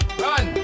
run